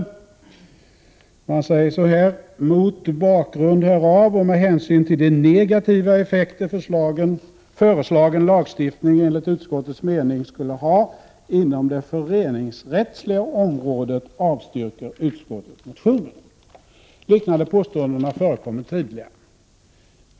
Utskottet säger så här: ”Mot bakgrund härav och med hänsyn till de negativa effekter föreslagen lagstiftning enligt utskottets mening skulle ha inom det föreningsrättsliga området avstyrker utskottet motionerna.” Liknande påståenden har förekommit tidigare.